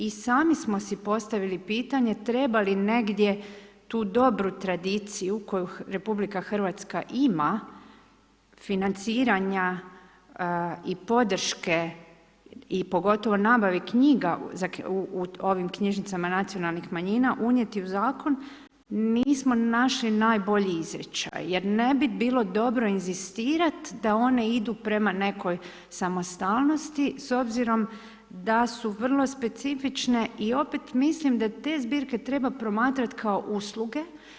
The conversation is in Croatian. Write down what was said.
I sami smo si postavili pitanje treba li negdje tu dobru tradiciju koju RH ima, financiranja i podrške i pogotovo nabavi knjiga u ovim knjižnicama nacionalnih manjina, unijeti u zakon, nismo našli najbolji izričaj jer ne bi bilo dobro inzistirati da one idu prema nekoj samostalnosti s obzirom da su vrlo specifične i opet mislim da te zbirke treba promatrat kao usluge.